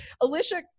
Alicia